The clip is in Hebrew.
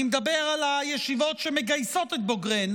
אני מדבר על הישיבות שמגייסות את בוגריהן,